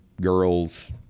girls